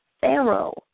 Pharaoh